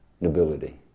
nobility